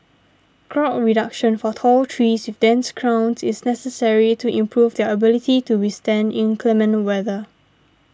crown reduction for tall trees with dense crowns is necessary to improve their ability to withstand inclement weather